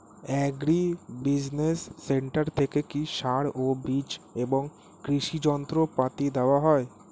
Agri business centre থেকে কি সার ও বিজ এবং কৃষি যন্ত্র পাতি দেওয়া হয়?